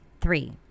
Three